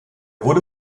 wurde